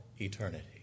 eternity